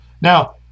Now